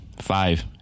five